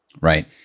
right